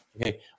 Okay